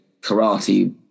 karate